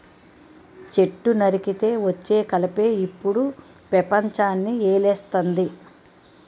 చెట్టు నరికితే వచ్చే కలపే ఇప్పుడు పెపంచాన్ని ఏలేస్తంది